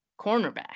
cornerback